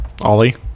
Ollie